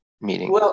meeting